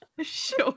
sure